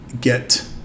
get